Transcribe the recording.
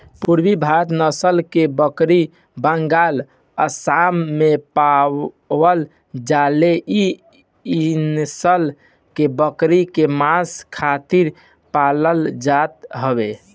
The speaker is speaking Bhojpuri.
पुरबी भारत नसल के बकरी बंगाल, आसाम में पावल जाले इ नसल के बकरी के मांस खातिर पालल जात हवे